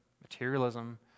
materialism